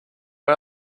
our